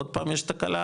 עוד פעם יש תקלה,